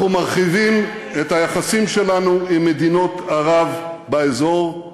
אנחנו מרחיבים את היחסים שלנו עם מדינות ערב באזור,